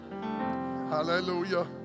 Hallelujah